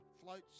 floats